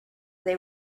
they